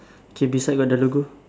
okay beside got the logo